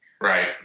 Right